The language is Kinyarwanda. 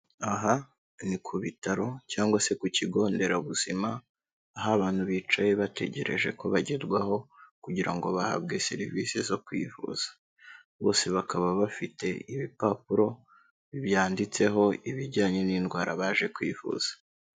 Aha ni ku bitaro cyangwa se ku kigo nderabuzima aho abantu bicaye bategereje ko bagerwaho kugira ngo bahabwe serivisi zo kwivuza, bose bakaba bafite ibipapuro byanditseho ibijyanye n'indwara baje kwivuza.